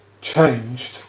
changed